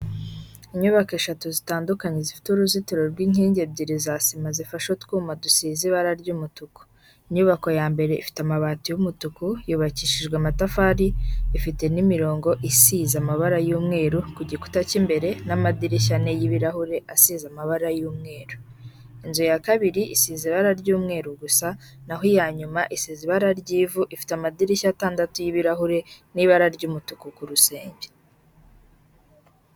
Inyubako eshatu zitandukanye zifite uruzitiro rwinyingi ibyiri zasima zifashe utwuma dusize ibara ry'umutuku inyubako yambere ifite amabati y'umutuku yubakishijwe amatafari ifite nimirongo isize amabara y'umweru kugikuta cy'imbere namadirishya ane y'ibirahure asize ibara ry'umweru Inzu yakabiri isize ibara ry'umweru gusa naho iyanyuma isize ibara ry'ivu ifite amadirishya ataratu y'ibirahure nibara ry'umutuku kurusenge